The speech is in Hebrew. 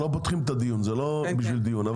אנחנו לא פותחים את הדיון זה לא בשביל דיון,